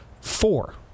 four